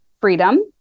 freedom